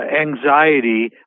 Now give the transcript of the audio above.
anxiety